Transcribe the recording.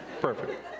perfect